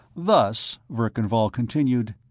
thus, verkan vall continued,